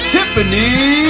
Tiffany